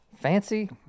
Fancy